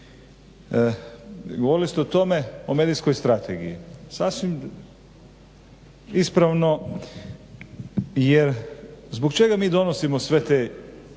Govorili ste o tome o medijskoj strategiji, sasvim ispravno jer zbog čega mi donosimo sve te